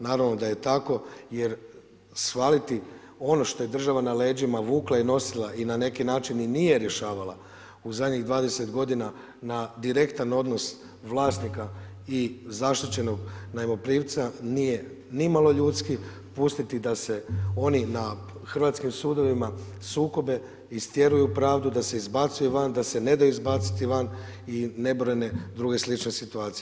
Naravno da je tako jer svaliti ono što je država na leđima vukla i nosila i na neki način i nije rješavala u zadnjih 20 godina na direktan odnos vlasnika i zaštićenog najmoprimca nije nimalo ljudski pustiti da se oni na hrvatskim sudovima sukobe, istjeruju pravdu, da se izbacuju van, da se ne daju izbaciti van i nebrojene druge slične situacije.